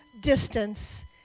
distance